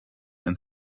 and